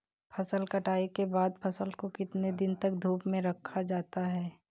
फसल कटाई के बाद फ़सल को कितने दिन तक धूप में रखा जाता है?